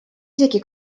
isegi